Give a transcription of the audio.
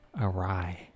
awry